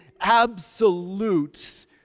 absolute